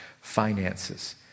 finances